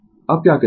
अब क्या करेंगें